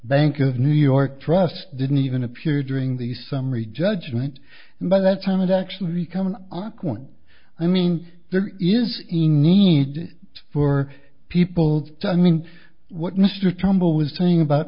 of new york trust didn't even appear during the summary judgment and by that time it actually become an awkward i mean there is a need for people to i mean what mr trumbull was talking about